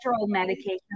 medication